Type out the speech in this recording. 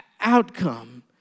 outcome